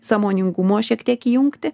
sąmoningumo šiek tiek įjungti